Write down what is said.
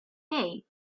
hey